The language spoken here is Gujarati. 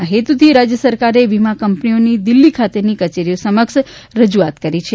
આ હેતુથી રાજય સરકારે વીમા કંપનીઓની દિલ્હી ખાતેની કચેરીઓ સમક્ષ રજુઆત કરી છે